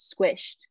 squished